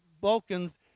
Balkans